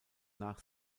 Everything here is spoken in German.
nach